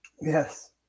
Yes